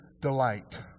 delight